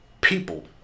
people